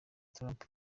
trump